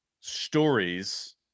stories